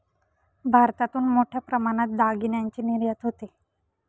भारतातून मोठ्या प्रमाणात दागिन्यांची निर्यात होते